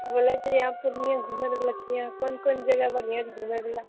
बोले छियै हम पूर्णियाँ घुमए अबै बला छियै कोन कोन जगह बढ़िऑं छै घुमयबला